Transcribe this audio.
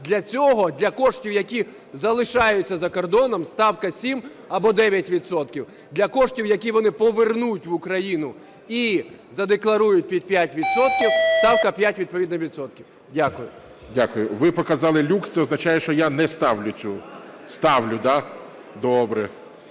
Для цього, для коштів, які залишаються за кордоном, ставка 7 або 9 відсотків. Для коштів, які вони повернуть в Україну і задекларують від 5 відсотків, ставка 5 відповідно відсотків. Дякую. ГОЛОВУЮЧИЙ. Дякую. Ви показали люкс, це означає, що я не ставлю цю… Ставлю, да? Добре.